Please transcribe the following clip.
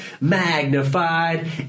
magnified